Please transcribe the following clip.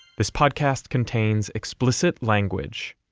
this podcast contains explicit language